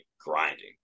grinding